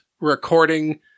recording